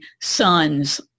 sons